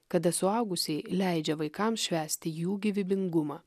kada suaugusieji leidžia vaikams švęsti jų gyvybingumą